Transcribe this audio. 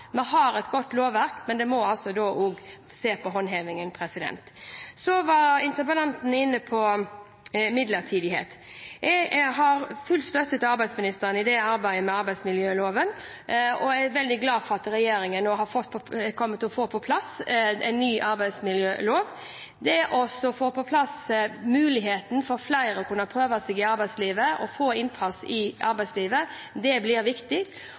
vi har. For lovverket er bra, vi har et godt lovverk, men vi må også se på håndhevingen. Så var interpellanten inne på midlertidighet. Jeg har full støtte til arbeidsministeren i arbeidet med arbeidsmiljøloven, og jeg er veldig glad for at regjeringen nå kommer til å få på plass en ny arbeidsmiljølov. Det å få på plass en mulighet for flere til å kunne prøve seg i arbeidslivet og få innpass i arbeidslivet blir viktig.